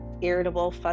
irritable